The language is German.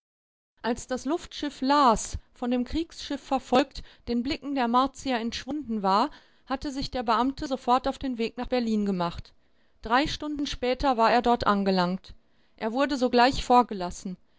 als das luftschiff las von dem kriegsschiff verfolgt den blicken der martier entschwunden war hatte sich der beamte sofort auf den weg nach berlin gemacht drei stunden später war er dort angelangt er wurde sogleich vorgelassen